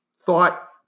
thought